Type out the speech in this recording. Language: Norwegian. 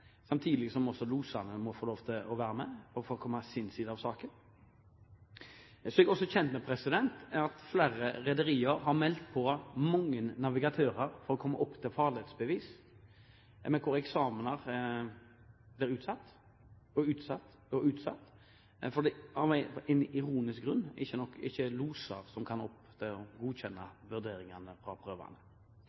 samtidig som også losene må få lov til å være med og få komme med sin side av saken. Jeg er også kjent med at flere rederier har meldt på mange navigatører som ønsker farledsbevis, og eksamener er blitt utsatt og utsatt av en ironisk grunn: Det er ikke nok loser som kan godkjenne vurderingene fra prøvene.